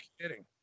kidding